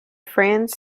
franz